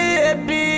baby